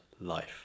life